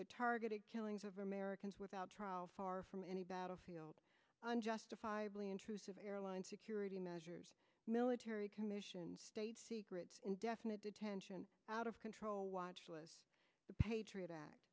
the targeted killings of americans without trial far from any battlefield and justifiably intrusive airline security measures military commissions indefinite detention out of control watchlist the patriot act